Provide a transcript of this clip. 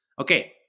Okay